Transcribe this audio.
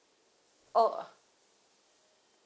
oh